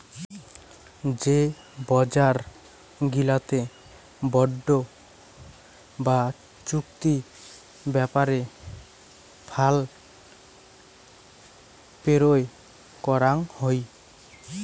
যে বজার গিলাতে বন্ড বা চুক্তি ব্যাপারে ফাল পেরোয় করাং হই